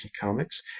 Comics